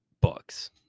books